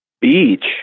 Beach